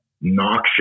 noxious